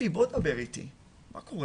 בוא דבר איתי מה קורה